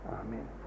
Amen